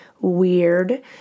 weird